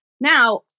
Now